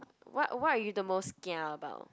what what are you the most kia about